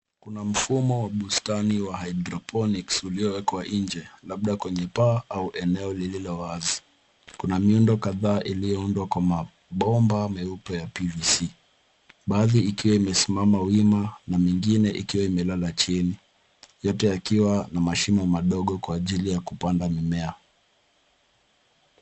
Kuna mfumo wa bustani wa hydroponics uliowekwa nje, labda kwenye paa au eneo lililo wazi. Kuna miundo kadhaa iliyoundwa kwa mabomba meupe ya PVC , baadhi ikiwa imesimama wima na mingine ikiwa imelala chini, yote yakiwa na mashimo madogo kwa ajili ya kupanda mimea.